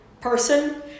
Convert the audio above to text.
person